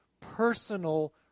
personal